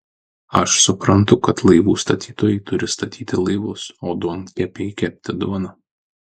aš suprantu kad laivų statytojai turi statyti laivus o duonkepiai kepti duoną